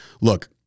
look